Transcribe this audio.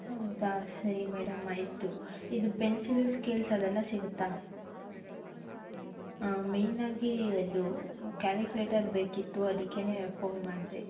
ಹೌದಾ ಸರಿ ಮೇಡಮ್ ಆಯಿತು ಇದು ಪೆನ್ಸಿಲು ಸ್ಕೇಲ್ಸ್ ಅವೆಲ್ಲ ಸಿಗುತ್ತಾ ಹಾಂ ಮೇಯ್ನಾಗಿ ಅದು ಕ್ಯಾಲುಕ್ಲೇಟರ್ ಬೇಕಿತ್ತು ಅದಕ್ಕೆ ಪೋನ್ ಮಾಡಿದೆ